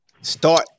start